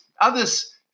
others